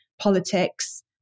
politics